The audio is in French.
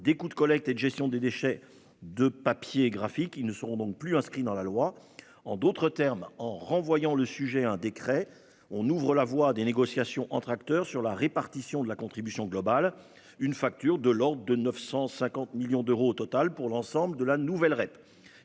des coûts de collecte et de gestion des déchets de papiers graphiques. Ils ne seront donc plus inscrits dans la loi. En d'autres termes, en renvoyant le sujet à un décret, on ouvre la voie à des négociations entre acteurs sur la répartition de la contribution globale : une facture de l'ordre de 950 millions d'euros au total pour l'ensemble de la nouvelle REP.